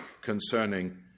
concerning